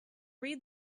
read